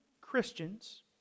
Christians